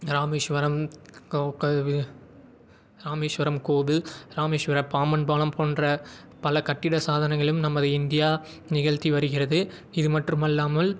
ராமேஷ்வரம் ராமேஷ்வரம் கோவில் ராமேஷ்வர பாம்பன் பாலம் போன்ற பல கட்டிட சாதனைகளும் நமது இந்தியா நிகழ்த்தி வருகிறது இது மற்றும் அல்லாமல்